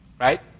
Right